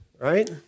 right